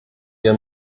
wir